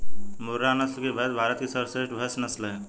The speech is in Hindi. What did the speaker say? मुर्रा नस्ल की भैंस भारत की सर्वश्रेष्ठ भैंस नस्ल है